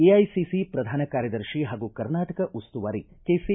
AICC ಪ್ರಧಾನ ಕಾರ್ಯದರ್ಶಿ ಹಾಗೂ ಕರ್ನಾಟಕ ಉಸ್ತುವಾರಿ ಕೆಸಿ